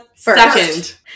Second